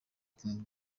king